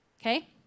Okay